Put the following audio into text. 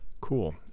Cool